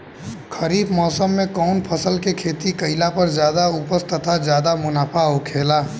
खरीफ़ मौसम में कउन फसल के खेती कइला पर ज्यादा उपज तथा ज्यादा मुनाफा होखेला?